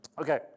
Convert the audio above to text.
Okay